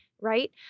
right